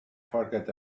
forget